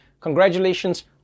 Congratulations